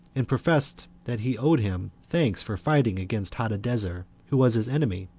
and professed that he owed him thanks for fighting against hadadezer, who was his enemy,